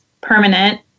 permanent